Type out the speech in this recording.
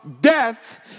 death